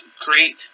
create